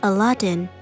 Aladdin